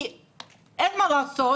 כי אין מה לעשות,